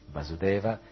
Vasudeva